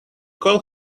call